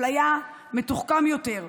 אפליה מתוחכמת יותר,